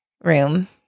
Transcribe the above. room